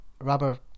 rubber